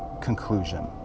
conclusion